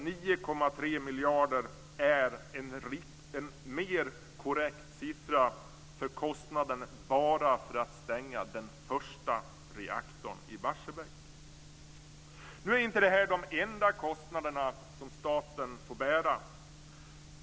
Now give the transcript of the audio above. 9,3 miljarder är en mer korrekt siffra för kostnaden bara för att stänga den första reaktorn i Barsebäck. Nu är inte de här de enda kostnaderna som staten får bära.